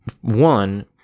one